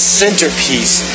centerpiece